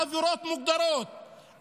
העבירות מוגדרות.